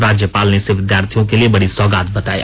राज्यपाल ने इर्स विद्यार्थियों के लिए बड़ी सौगात बताया